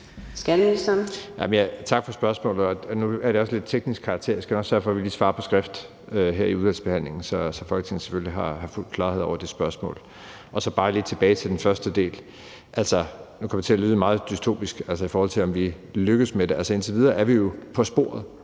(Jeppe Bruus): Tak for spørgsmålet. Det er af lidt teknisk karakter, så jeg skal nok sørge for, at vi svarer på skrift under udvalgsbehandlingen, så Folketinget selvfølgelig har fuld klarhed over det spørgsmål. For lige at gå tilbage til den første del vil jeg sige, at det kom til at lyde meget dystopisk, i forhold til om vi lykkes med det. Altså, indtil videre er vi jo på sporet.